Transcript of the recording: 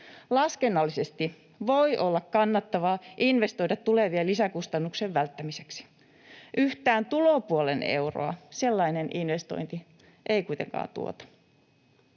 Laskennallisesti voi olla kannattavaa investoida tulevien lisäkustannuksien välttämiseksi. Yhtään tulopuolen euroa sellainen investointi ei kuitenkaan tuota.